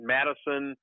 Madison